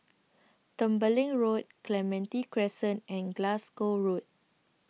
Tembeling Road Clementi Crescent and Glasgow Road